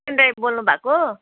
सुरेन दाइ बोल्नु भएको